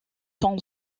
son